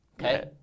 Okay